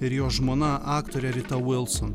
ir jo žmona aktorė rita vilson